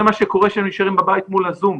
מה שקורה כשהם נשארים בבית מול הזום.